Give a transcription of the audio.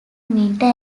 winter